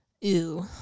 Ew